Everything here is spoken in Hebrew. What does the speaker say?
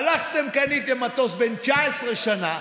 הלכתם וקניתם מטוס בן 19 שנה,